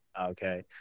Okay